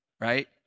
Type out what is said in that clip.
right